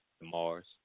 Mars